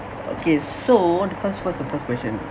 okay so the first what's the first question